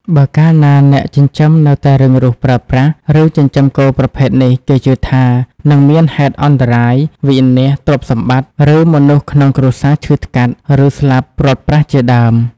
បើកាលណាអ្នកចិញ្ចឹមនៅតែរឹងរូសប្រើប្រាស់ ឬចិញ្ចឹមគោប្រភេទនេះ គេជឿថា នឹងមានហេតុអន្តរាយ វិនាសទ្រព្យសម្បត្តិ ឬមនុស្សក្នុងគ្រួសារឈឺថ្កាត់ ឬស្លាប់ព្រាត់ប្រាសជាដើម។